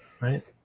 right